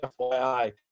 fyi